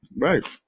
Right